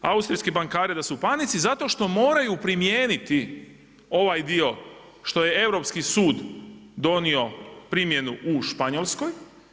Austrijski bankari da su u panici zato što moraju primijeniti ovaj dio što je Europski sud donio primjenu u Španjolskoj.